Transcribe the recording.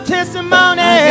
Testimony